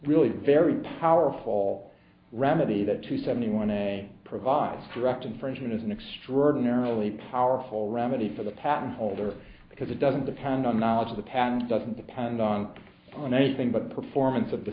really very powerful remedy that to seventy one day provides direct infringement is an extraordinarily powerful remedy for the patent holder because it doesn't depend on knowledge of the patent doesn't depend on on anything but performance of the